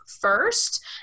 first